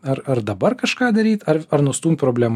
ar ar dabar kažką daryt ar ar nustumt problemą